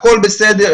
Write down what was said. הכול בסדר,